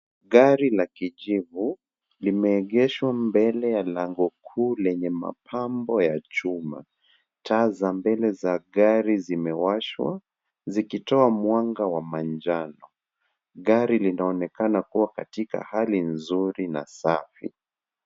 Gari la kijivu limeegeshwa kando mbele ya lango kuu lenye mapambo ya chuma. Taa za mbele za gari zimewashwa zikitoa mwanga wa manjano. Gari linaonekana kuwa katika hali nzuri na safi.